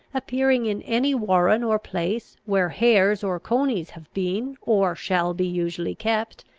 appearing in any warren or place where hares or conies have been or shall be usually kept,